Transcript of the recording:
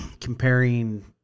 comparing